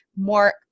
more